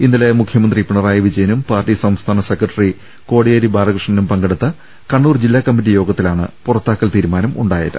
ഇന്നലെ മുഖ്യ മന്ത്രി പിണറായി വിജയനും പാർട്ടി സംസ്ഥാന സെക്ര ട്ടറി കോടിയേരി ബാലകൃഷ്ണനും പങ്കെടുത്ത കണ്ണൂർ ജില്ലാ കമ്മിറ്റി യോഗത്തിലാണ് പുറത്താക്കൽ തീരുമാന മുണ്ടായത്